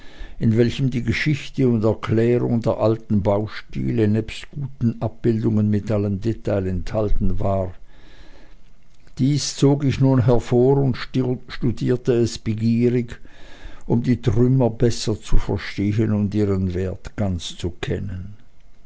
in welchem die geschichte und erklärung der alten baustile nebst guten abbildungen mit allem detail enthalten waren dies zog ich nun hervor und studierte es begierig um die trümmer besser zu verstehen und ihren wert ganz zu kennen